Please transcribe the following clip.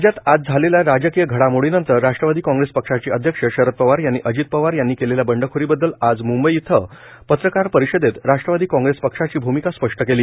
राज्यात आज झालेल्या राजकीय घडामोडीनंतर राष्ट्रवादी कॉग्रेस पक्षाचे अध्यक्ष शरद पवार यांनी अजित पवार यांनी केलेल्या बंडखोरी बददल आज मुंबई इथं पत्रकार परिषदेत राष्ट्रवादी कॉग्रेस पक्षाची भूमिका स्पश्ट केली